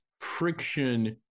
friction